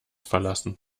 verlassen